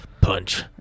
Punch